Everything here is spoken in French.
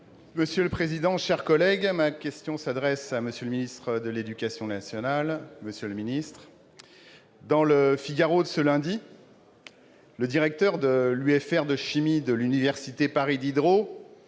Monsieur le président, mes chers collègues, ma question s'adresse à M. le ministre de l'éducation nationale. Monsieur le ministre, dans de ce lundi, le directeur de l'UFR de chimie de l'Université Paris-Diderot